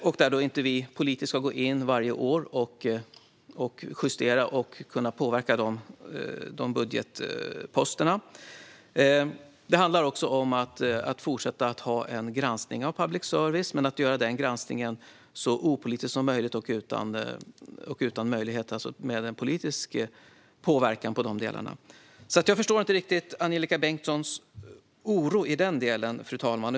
Vi ska alltså inte politiskt kunna gå in och justera och påverka dessa budgetposter varje år. Det handlar också om att fortsätta att ha en så opolitisk granskning som möjligt av public service. Jag förstår alltså inte riktigt Angelika Bengtssons oro i den delen, fru talman.